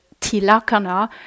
Tilakana